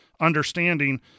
understanding